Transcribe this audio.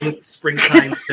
springtime